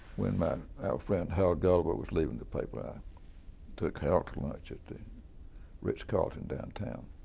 when my, our friend harold gulliver was leaving the paper, i took hal to lunch at the ritz carlton downtown,